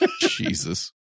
Jesus